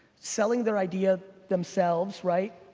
selling their idea themselves right?